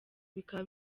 bikaba